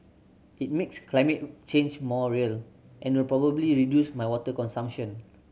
it makes climate change more real and will probably reduce my water consumption